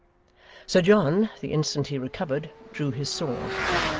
sir john, the instant he recovered, drew his sword,